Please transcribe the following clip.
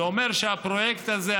זה אומר שהפרויקט הזה,